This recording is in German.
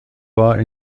war